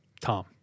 Tom